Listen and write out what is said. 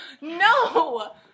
No